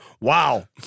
Wow